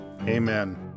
Amen